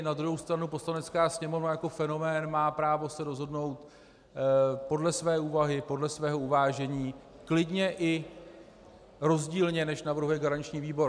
Na druhou stranu Poslanecká sněmovna jako fenomén má právo se rozhodnout podle své úvahy, podle svého uvážení, klidně i rozdílně, než navrhuje garanční výbor.